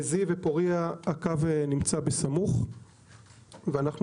בזיו ופוריה הקו נמצא בסמוך ואנחנו